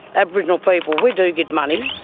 aboriginal people, we do get money.